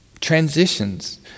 Transitions